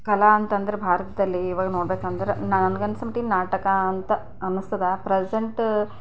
ಕಲೆ ಅಂತಂದ್ರೆ ಭಾರತದಲ್ಲಿ ಇವಾಗ ನೋಡ್ಬೇಕಂದ್ರೆ ನನಗೆ ಅನ್ನಿಸೋಮಟ್ಟಿಗೆ ನಾಟಕ ಅಂತ ಅನ್ನಿಸ್ತದೆ ಪ್ರೆಸೆಂಟ್